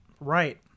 right